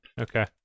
Okay